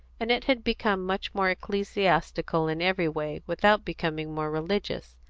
and it had become much more ecclesiastical in every way, without becoming more religious.